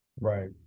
Right